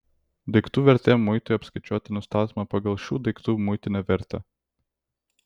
daiktų vertė muitui apskaičiuoti nustatoma pagal šių daiktų muitinę vertę